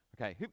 Okay